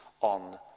on